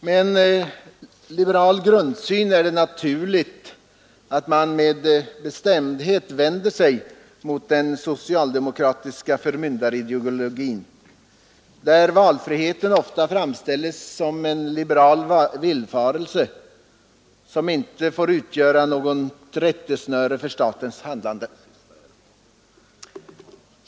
Med en liberal grundsyn är det naturligt att man bestämt vänder sig emot den socialdemokratiska förmyndarideologin där valfriheten ofta framställs som en liberal villfarelse som inte får utgöra något rättesnöre för statens handlande.